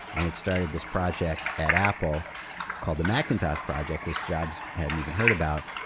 and it started this project at apple called the macintosh project, which jobs hadn't even heard about,